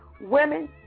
women